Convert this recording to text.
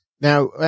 Now